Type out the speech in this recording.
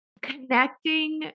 Connecting